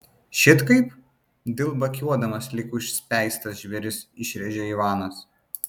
šit kaip dilbakiuodamas lyg užspeistas žvėris išrėžė ivanas